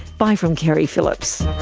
bye from keri phillips